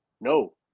No